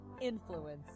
influence